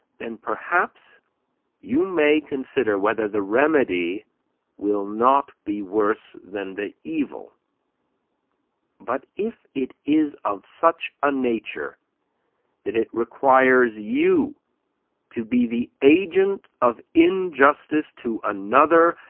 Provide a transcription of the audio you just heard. then perhaps you may consider whether the remedy will not be worse than the evil but if it is of such a nature that it requires you to be the agent of injustice to another,